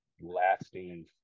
lasting